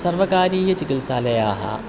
सर्वकारीयचिकित्सालयाः